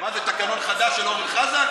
מה זה, תקנון חדש של אורן חזן?